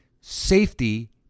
Safety